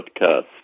Podcast